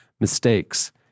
mistakes